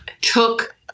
took